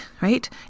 right